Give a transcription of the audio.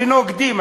בנוקדים.